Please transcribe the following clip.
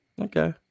okay